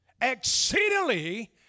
exceedingly